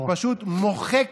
היא פשוט מוחקת,